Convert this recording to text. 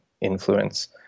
influence